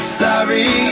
sorry